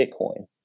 Bitcoin